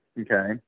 okay